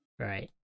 Right